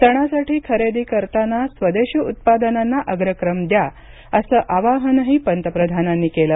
सणासाठी खरेदी करताना स्वदेशी उत्पादनांना अग्रक्रम द्या असं आवाहनही पंतप्रधानांनी केलं